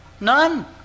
None